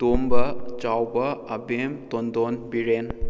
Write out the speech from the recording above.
ꯇꯣꯝꯕ ꯆꯥꯎꯕ ꯑꯕꯦꯝ ꯇꯣꯟꯗꯣꯟ ꯕꯤꯔꯦꯟ